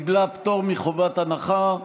וקיבלה פטור מחובת הנחה.